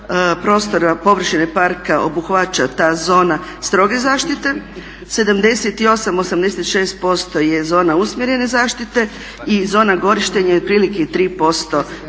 prostora površine parka obuhvaća ta zona stroge zaštite, 78, 86% je zona usmjerene zaštite i zona korištenja je otprilike 3% površine